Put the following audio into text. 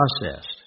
processed